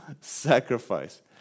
sacrifice